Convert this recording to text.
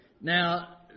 Now